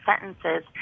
sentences